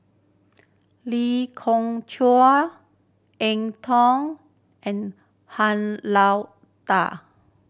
Lee Khoon Choy Eng Tow and Han Lao Da